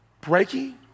Breaking